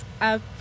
up